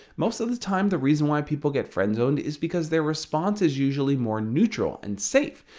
most of the time the reason why people get friend-zoned is because their response is usually more neutral and safe.